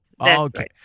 Okay